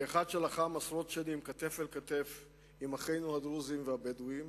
כאחד שלחם עשרות שנים כתף אל כתף עם אחינו הדרוזים והבדואים,